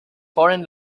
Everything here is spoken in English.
foreign